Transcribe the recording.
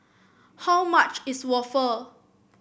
how much is waffle